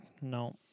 No